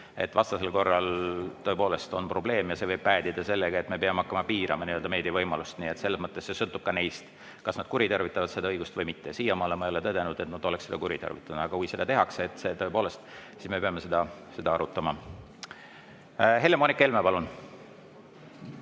Vastasel korral tõepoolest on probleem ja see võib päädida sellega, et me peame hakkama piirama meedia võimalusi. Selles mõttes sõltub ka neist, kas nad kuritarvitavad seda õigust või mitte. Siiamaale ma ei ole tõdenud, et nad oleks seda kuritarvitanud. Aga kui seda tehakse, siis tõepoolest me peame seda arutama. Helle-Moonika Helme, palun!